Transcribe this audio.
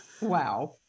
Wow